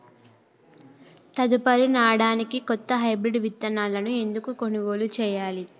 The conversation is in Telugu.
తదుపరి నాడనికి కొత్త హైబ్రిడ్ విత్తనాలను ఎందుకు కొనుగోలు చెయ్యాలి?